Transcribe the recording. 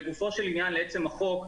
לגופו של עניין לעצם החוק,